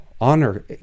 Honor